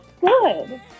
good